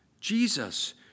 Jesus